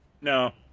No